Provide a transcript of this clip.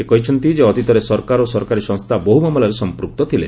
ସେ କହିଛନ୍ତି ଯେ ଅତୀତରେ ସରକାର ଓ ସରକାରୀ ସଂସ୍ଥା ବହୁ ମାମଲାରେ ସଂପୂକ୍ତ ଥିଲେ